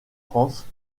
france